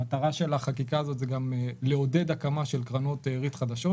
המטרה של החקיקה הזאת היא לעודד הקמה של קרנות ריט חדשות,